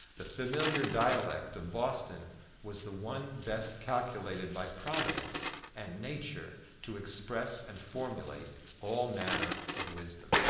the familiar dialect of boston was the one best calculated by providence and nature to express and formulate all manner of wisdom.